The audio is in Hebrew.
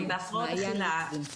הם בהפרעות אכילה,